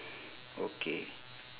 okay